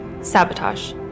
sabotage